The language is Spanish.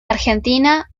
argentina